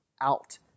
out